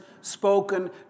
spoken